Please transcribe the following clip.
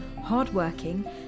hardworking